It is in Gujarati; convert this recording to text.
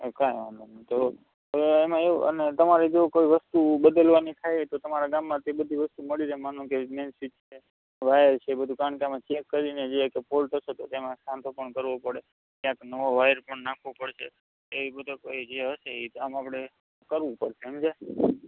એ કાંઇ વાંધો નહીં તો હવે એમાં એવું અને તમારે જો કોઈ વસ્તુ બદલવાની થાય તો તો તમારા ગામમાંથી એ બધું વસ્તુ મળી રહે આ માનો કે મેઇન સ્વીચ છે વાયર છે બધું કારણ કે અમે ચેક કરીને જ લાવીએ કે આમાં ફોલ્ટ હશે તો આમાં સાંધો પણ કરવો પડે ક્યાંક નવો વાયર પણ નાખવો પડશે એ બધો જે હશે એમ આપણે કરવું પડશે સમજ્યા